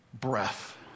breath